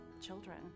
children